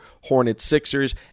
Hornets-Sixers